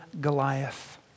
Goliath